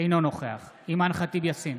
אינו נוכח אימאן ח'טיב יאסין,